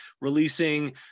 releasing